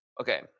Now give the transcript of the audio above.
Okay